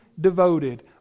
devoted